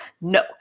No